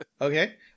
Okay